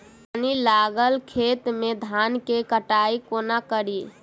पानि लागल खेत मे धान केँ कटाई कोना कड़ी?